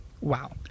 Wow